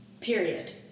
period